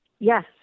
Yes